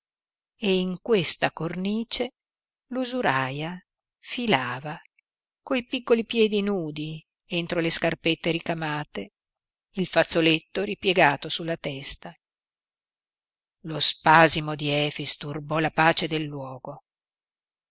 in questa cornice l'usuraia filava coi piccoli piedi nudi entro le scarpette ricamate il fazzoletto ripiegato sulla testa lo spasimo di efix turbò la pace del luogo